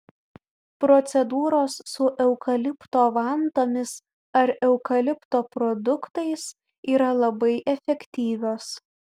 procedūros su eukalipto vantomis ar eukalipto produktais yra labai efektyvios